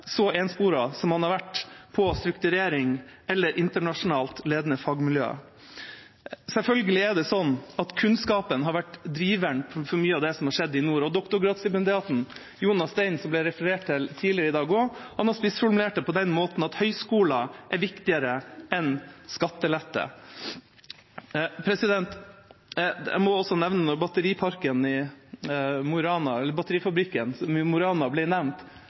så ensporet som man har vært når det gjelder strukturering og internasjonalt ledende fagmiljøer? Selvfølgelig har kunnskapen vært driveren for mye av det som har skjedd i nord. Doktorgradsstipendiat Jonas Stein, som det ble referert til tidligere i dag også, har spissformulert det på denne måte: «Høyskoler er viktigere enn skatteletter Når batterifabrikken i Mo i Rana ble nevnt,